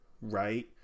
right